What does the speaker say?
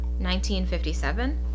1957